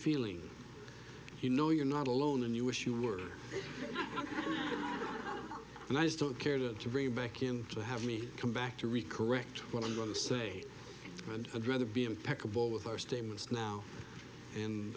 feeling you know you're not alone and you wish you were and i just don't care to bring back in to have me come back to recurring what i'm going to say and rather be impeccable with our statements now